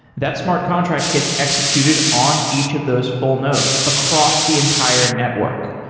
that smart contract gets executed on each of those full modes across the entire network.